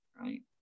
right